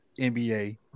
NBA